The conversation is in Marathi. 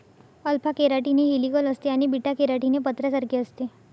अल्फा केराटीन हे हेलिकल असते आणि बीटा केराटीन हे पत्र्यासारखे असते